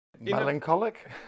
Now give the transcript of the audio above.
melancholic